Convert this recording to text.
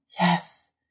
Yes